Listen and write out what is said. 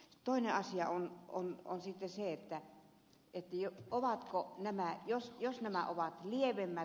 toinen asia on sitten se että jos nämä ovat liedellä